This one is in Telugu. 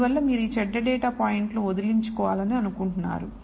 అందువల్ల మీరు ఈ చెడ్డ డేటా పాయింట్లను వదిలించుకోవాలనుకుంటున్నారు